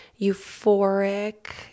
euphoric